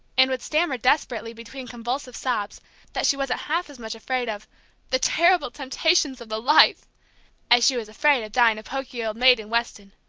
and would stammer desperately between convulsive sobs that she wasn't half as much afraid of the terrible temptations of the life as she was afraid of dying a poky old maid in weston.